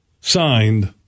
Signed